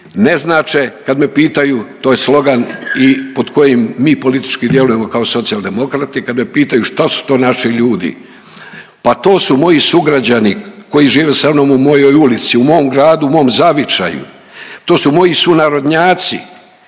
ne znače kad me pitaju, to je slogan i pod kojim mi politički djelujemo kao Socijaldemokrati kad me pitaju šta su to naši ljudi, pa to su moji sugrađani koji žive sa mnom u mojoj ulici, u mom gradu, u mom zavičaju, to su moji sunarodnjaci,